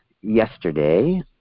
yesterday